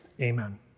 Amen